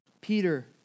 Peter